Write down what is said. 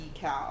decal